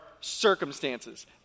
circumstances